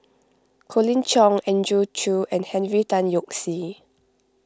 Colin Cheong Andrew Chew and Henry Tan Yoke See